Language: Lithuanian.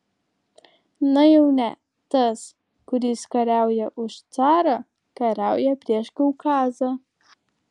na jau ne tas kuris kariauja už carą kariauja prieš kaukazą